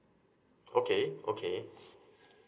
okay okay